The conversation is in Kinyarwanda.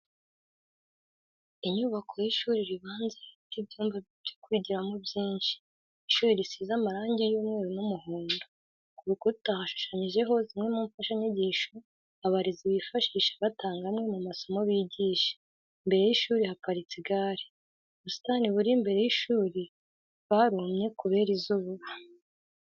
Inyubako y'ishuri ribanza rifite ibyumba byo kwigiramo byinshi. Ishuri risize amarangi y'umweru n'umuhondo, ku rukura hashushanyijeho zimwe mu mfashanyigisho abarezi bifashisha batanga amwe mu masomo bigisha. Imbere y'ishuri haparitse igare, ubusitani buri imbere y'ishuri bwarumye kubera izuba.